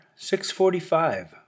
645